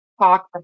talk